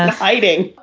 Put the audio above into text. and fighting?